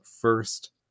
first